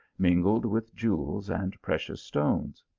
mingled with jewels and precious stones.